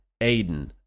Aiden